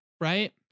right